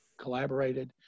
collaborated